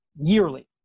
yearly